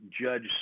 judge